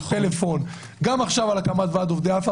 גם עכשיו על הקמת עובדי אלפא,